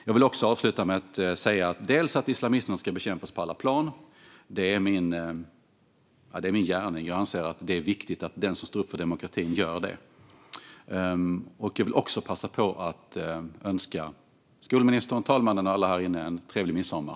Jag vill avsluta med att säga att islamisterna ska bekämpas på alla plan. Det är min gärning. Jag anser att det är viktigt att den som står upp för demokratin gör det. Jag vill också passa på att önska skolministern, talmannen och alla här inne en trevlig midsommar.